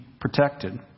protected